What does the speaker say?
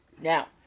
now